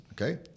Okay